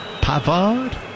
Pavard